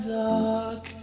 dark